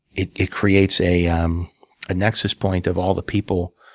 it it creates a um ah nexus point of all the people,